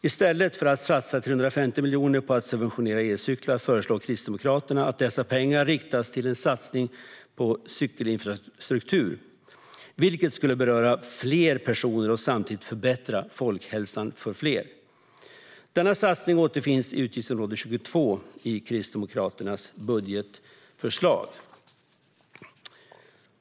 I stället för att satsa 350 miljoner på att subventionera elcyklar föreslår Kristdemokraterna att dessa pengar riktas till en satsning på cykelinfrastruktur, vilket skulle beröra fler personer och samtidigt förbättra folkhälsan för fler. Denna satsning återfinns i utgiftsområde 22 i Kristdemokraternas budgetförslag.